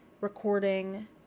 recording